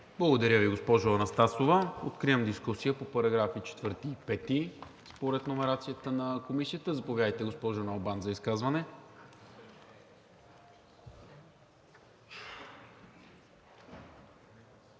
Благодаря Ви, госпожо Анастасова. Откривам дискусията по параграфи 4 и 5 според номерацията на Комисията. Заповядайте за изказване,